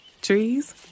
Trees